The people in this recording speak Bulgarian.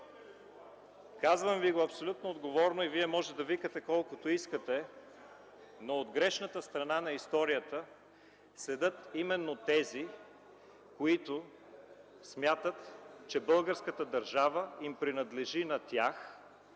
Казвам ви го абсолютно отговорно и вие може да викате колкото искате, но от грешната страна на историята стоят именно тези, които смятат, че българската държава принадлежи на тях